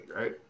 right